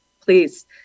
please